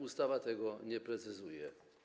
Ustawa tego nie precyzuje.